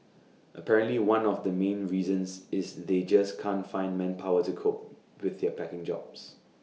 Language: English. apparently one of the main reasons is they just can't find manpower to cope with their packing jobs